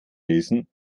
lesen